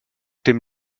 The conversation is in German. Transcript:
dem